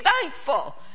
thankful